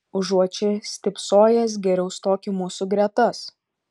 užuot čia stypsojęs geriau stok į mūsų gretas